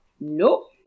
Nope